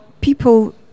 people